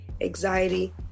anxiety